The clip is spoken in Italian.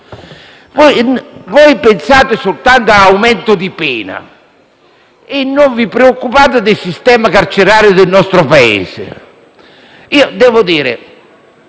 voi pensate soltanto agli aumenti di pena e non vi preoccupate del sistema carcerario del Paese.